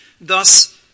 thus